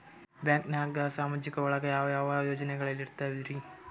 ಬ್ಯಾಂಕ್ನಾಗ ಸಾಮಾಜಿಕ ಒಳಗ ಯಾವ ಯಾವ ಯೋಜನೆಗಳಿದ್ದಾವ್ರಿ?